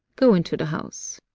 go into the house.